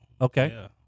Okay